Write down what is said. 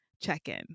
check-in